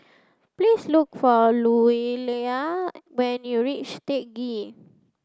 please look for Louella when you reach Teck Ghee